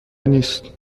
نیست